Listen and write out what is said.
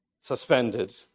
suspended